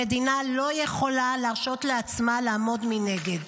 המדינה לא יכולה להרשות לעצמה לעמוד מנגד.